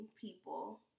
people